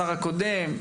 השר הקודם,